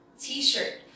T-shirt